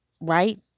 right